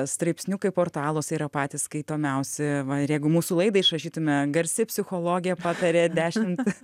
straipsniukai portaluose yra patys skaitomiausi va ir jeigu mūsų laidą išrašytume garsi psichologė patarė dešimt